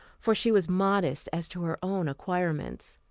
for she was modest as to her own acquirements.